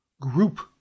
Group